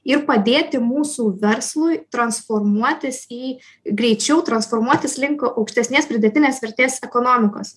ir padėti mūsų verslui transformuotis į greičiau transformuotis link aukštesnės pridėtinės vertės ekonomikos